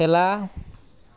খেলা